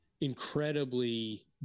incredibly